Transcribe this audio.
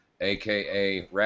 aka